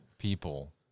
people